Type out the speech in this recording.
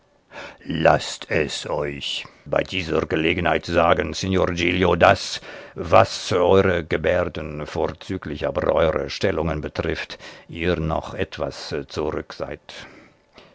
laßt es euch bei dieser gelegenheit sagen signor giglio daß was eure gebärden vorzüglich aber eure stellungen betrifft ihr noch etwas zurück seid